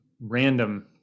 random